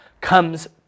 comes